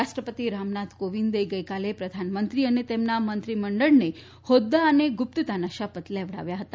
રાષ્ટ્રપતિ રામનાથ કોવિંદે ગઈકાલે પ્રધાનમંત્રી અને તેમના મંત્રીમંડળને ફોદ્દા અને ગુપ્તતાના શપથ લેવડાવ્યા ફતા